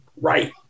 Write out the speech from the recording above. right